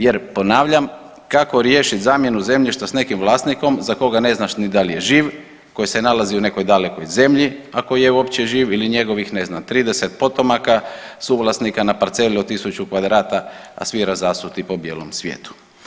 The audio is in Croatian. Jer ponavljam kako riješiti zamjenu zemljišta s nekim vlasnikom za koga ne znaš ni da li je živ, koji se nalazi u nekoj dalekoj zemlji ako je uopće živ ili njegovih ne znam 30 potomaka suvlasnika na parceli od 1.000 kvadrata, a svi razasuti po bijelom svijetu.